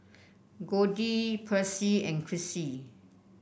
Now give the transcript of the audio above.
Goldie Percy and Krissy